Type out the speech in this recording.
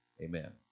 Amen